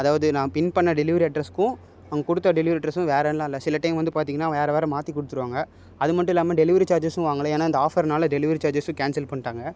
அதாவது நான் பின் பண்ண டெலிவரி அட்ரெஸுக்கும் அவங்க கொடுத்த டெலிவரி அட்ரெஸும் வேறல்லாம் இல்லை சில டைம் வந்து பார்த்திங்கனா வேற வேற மாற்றி கொடுத்துருவாங்க அது மட்டும் இல்லாமல் டெலிவரி சார்ஜஸும் வாங்கலை ஏன்னா இந்த ஆஃபர்னால டெலிவரி சார்ஜஸும் கேன்சல் பண்ணிட்டாங்க